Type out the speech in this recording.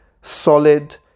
solid